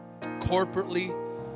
corporately